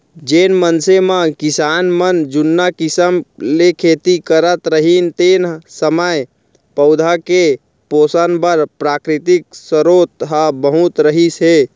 जेन समे म किसान मन जुन्ना किसम ले खेती करत रहिन तेन समय पउधा के पोसन बर प्राकृतिक सरोत ह बहुत रहिस हे